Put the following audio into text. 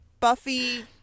Buffy